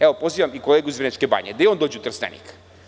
Evo, pozivam i kolegu iz Vrnjačke Banje da i on dođe u Trstenik.